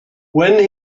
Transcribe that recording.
when